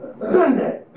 Sunday